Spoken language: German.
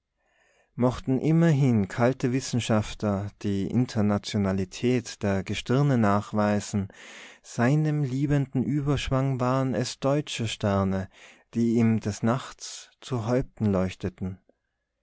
mochten immerhin kalte wissenschaftler die internationalität der gestirne nachweisen seinem liebenden überschwang waren es deutsche sterne die ihm des nachts zu häupten leuchteten